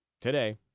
today